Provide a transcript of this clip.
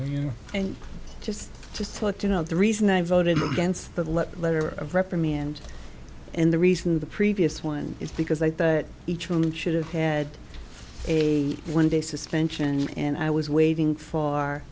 know and just just thought you know the reason i voted against the letter of reprimand and the reason the previous one is because i thought that each woman should have had a one day suspension and i was waiting for